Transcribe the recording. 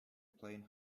plain